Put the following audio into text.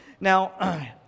Now